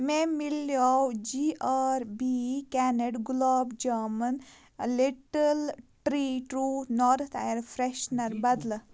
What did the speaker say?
مےٚ مِلیو G R B کینٕڈ gulab jamun little tree true north air freshener بدلہٕ